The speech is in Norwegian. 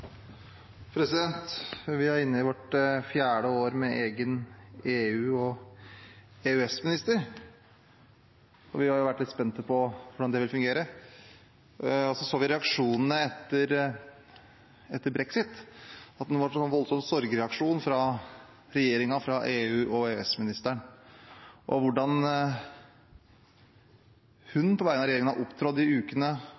inne i vårt fjerde år med egen EU- og EØS-minister. Vi har vært litt spent på hvordan det ville fungere. Vi så reaksjonene etter brexit. Det var en voldsom sorgreaksjon fra regjeringen, fra EU- og EØS-ministeren. Ut fra måten hun på vegne av regjeringen har opptrådt på i ukene og